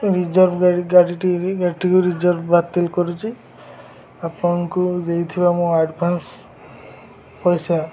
reserve ଗାଡ଼ି ଗାଡ଼ିଟି ଏଇ ଗାଡ଼ିଟିକୁ ରିଜର୍ଭ୍ ବାତିଲ କରୁଛି ଆପଣଙ୍କୁ ଦେଇଥିବା ମୋ ଆଡ଼ଭାନ୍ସ୍ ପଇସା